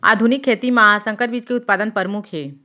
आधुनिक खेती मा संकर बीज के उत्पादन परमुख हे